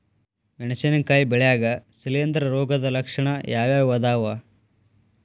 ಮೆಣಸಿನಕಾಯಿ ಬೆಳ್ಯಾಗ್ ಶಿಲೇಂಧ್ರ ರೋಗದ ಲಕ್ಷಣ ಯಾವ್ಯಾವ್ ಅದಾವ್?